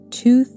two